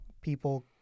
people